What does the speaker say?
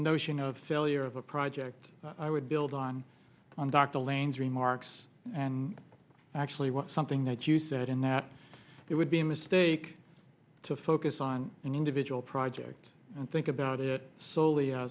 notion of failure of a project i would build on on dr lane's remarks and actually what something that you said in that it would be a mistake to focus on an individual project and think about it slowly